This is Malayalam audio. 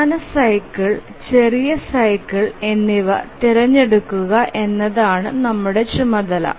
പ്രധാന സൈക്കിൾ ചെറിയ സൈക്കിൾ എന്നിവ തിരഞ്ഞെടുക്കുക എന്നതാണ് നമ്മുടെ ചുമതല